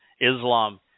Islam